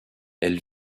elle